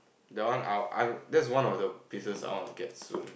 the one I'll I that's one of the pieces I want to get soon